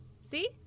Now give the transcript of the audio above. See